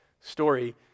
story